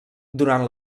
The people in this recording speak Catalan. durant